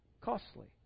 costly